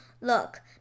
Look